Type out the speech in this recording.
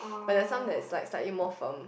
but they sound like like like eat more from